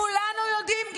כולנו יודעים,